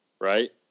Right